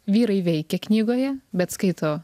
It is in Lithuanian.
vyrai veikia knygoje bet skaito